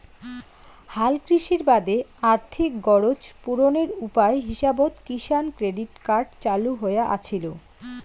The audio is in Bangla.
হালকৃষির বাদে আর্থিক গরোজ পূরণের উপায় হিসাবত কিষাণ ক্রেডিট কার্ড চালু হয়া আছিল